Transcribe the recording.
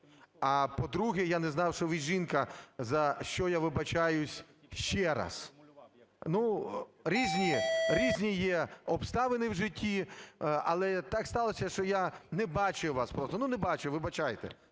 А, по-друге, я не знав, що ви жінка, за що я вибачаюся ще раз. Ну, різні, різні є обставини в житті, але так сталося, що я не бачив вас просто, ну, не бачив, вибачайте.